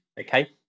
okay